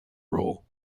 role